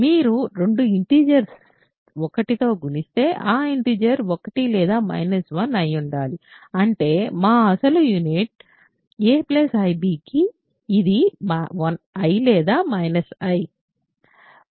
మీరు రెండు ఇంటిజర్స్ 1తో గుణిస్తే ఆ ఇంటిజర్స్ 1 లేదా 1 అయి ఉండాలి అంటే మా అసలు యూనిట్ a ib కి ఇది i లేదా మైనస్ i